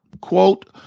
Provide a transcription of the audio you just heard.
quote